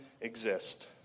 exist